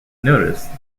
notice